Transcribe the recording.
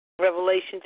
Revelation